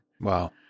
Wow